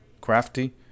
crafty